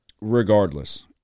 Regardless